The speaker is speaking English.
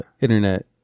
internet